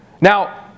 Now